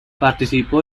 participó